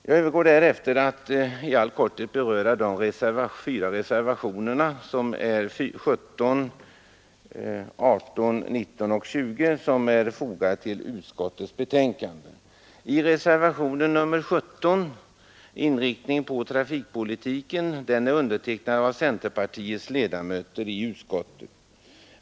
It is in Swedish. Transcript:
Jag övergår därefter till att i all korthet beröra de fyra reservationer, nr 17, 18, 19 och 20, som är fogade till utskottets betänkande Reservationen nr 17 beträffande inriktningen på trafikpolitiken är undertecknad av centerpartiets ledamöter i utskottet.